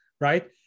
right